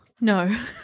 No